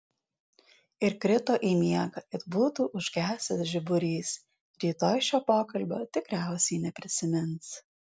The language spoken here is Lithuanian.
ir krito į miegą it būtų užgesęs žiburys rytoj šio pokalbio tikriausiai neprisimins